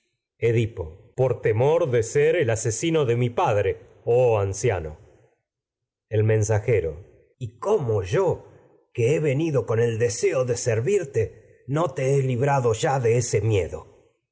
edipo por temor de ser el asesino de mi padre oh anciano el mensajero y cómo yo que he venido con el deseo de servirte no te he librado ya de ese y en miedo